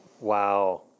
Wow